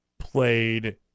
Played